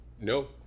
No